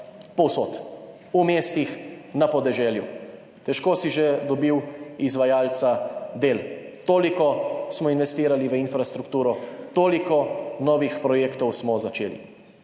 povsod, v mestih, na podeželju. Težko si že dobil izvajalca del, toliko smo investirali v infrastrukturo, toliko novih projektov smo začeli.